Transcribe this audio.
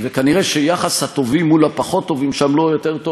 ונראה שיחס הטובים מול הפחות-טובים שם לא יותר טוב